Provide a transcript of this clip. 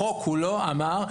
החוק כולו אמר,